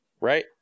Right